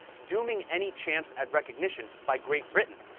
dooming any chance at recognition by great britain,